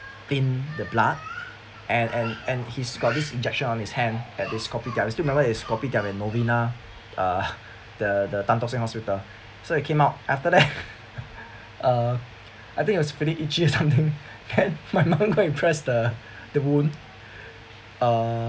thin the blood and and and he's got this injection on his hand at this kopitiam I still remember there this kopitiam at novena uh the the tan tock seng hospital so he came out after that uh I I think it was pretty itchy or something then my mom go and press the the wound uh